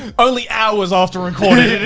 and only hours after recording.